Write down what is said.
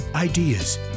Ideas